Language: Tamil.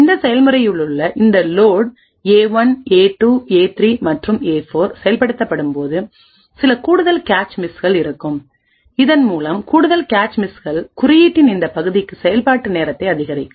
இந்த செயல்முறையில் உள்ளஇந்த லோட் ஏ 1 ஏ 2 ஏ3 மற்றும் ஏ4 செயல்படுத்தப்படும்போது சில கூடுதல் கேச் மிஸ்கள் இருக்கும் இதன் மூலம் கூடுதல் கேச் மிஸ்கள் குறியீட்டின் இந்த பகுதிக்கு செயல்பாட்டு நேரத்தை அதிகரிக்கும்